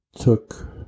took